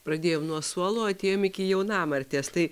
pradėjom nuo suolo o atėjom iki jaunamartės tai